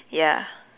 ya